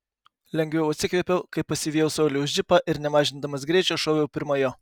lengviau atsikvėpiau kai pasivijau sauliaus džipą ir nemažindamas greičio šoviau pirma jo